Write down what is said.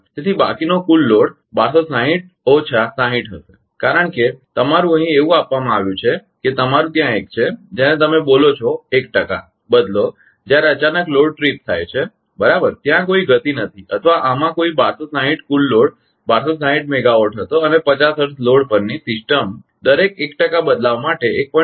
તેથી બાકીનો કુલ લોડ 1260 ઓછામાઈનસ 60 હશે કારણ કે તમારું અહીં એવું આપવામાં આવ્યું છે કે તમારું ત્યાં એક છે જેને તમે બોલો છો 1 ટકા બદલો જ્યારે અચાનક લોડ ટ્રિપ થાય છે બરાબર ત્યાં કોઈ ગતિ નથી અથવા આમાં કોઈ 1260 કુલ લોડ 1260 મેગાવાટ હતો અને 50 હર્ટ્ઝ લોડ પરની સિસ્ટમ દરેક 1 ટકા બદલાવ માટે 1